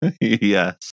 Yes